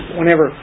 Whenever